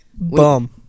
Bum